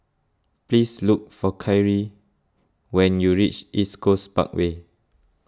please look for Kyrie when you reach East Coast Parkway